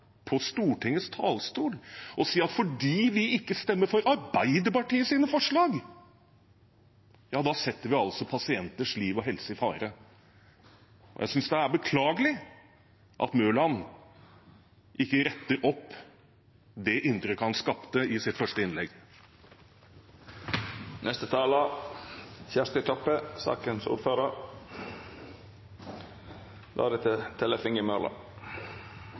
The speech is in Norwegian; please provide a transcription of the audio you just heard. på Stortingets talerstol og si at fordi vi ikke stemmer for Arbeiderpartiets forslag, setter vi pasienters liv og helse i fare! Jeg synes det er beklagelig at representanten Mørland ikke retter opp det inntrykket han skapte i sitt første